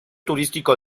turístico